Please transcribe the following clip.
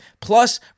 Plus